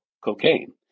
cocaine